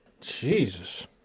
Jesus